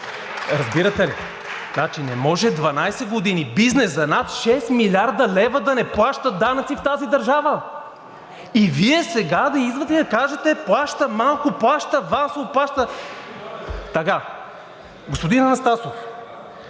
Разбирате ли? Не може 12 години бизнес за над 6 млрд. лв. да не плаща данъци в тази държава?! И Вие сега да идвате и да кажете: плаща малко, плаща авансово, плаща... Господин Анастасов,